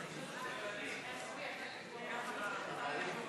סעיף תקציבי 06,